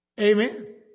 Amen